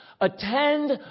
Attend